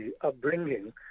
upbringing